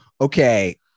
okay